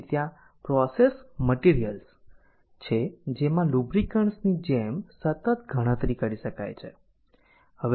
પછી ત્યાં processed materials છે જેમાં લુબ્રિકન્ટ્સ ની જેમ સતત ગણતરી કરી શકાય છે